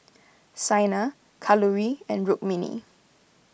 Saina Kalluri and Rukmini